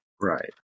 right